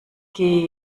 gehe